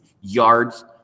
yards